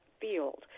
field